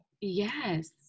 Yes